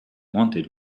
wanted